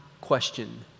question